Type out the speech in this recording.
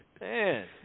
Man